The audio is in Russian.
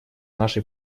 нашей